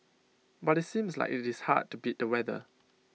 but IT seems like IT is hard to beat the weather